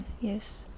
Yes